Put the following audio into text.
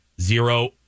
Zero